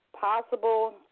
possible